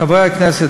חברי הכנסת,